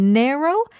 narrow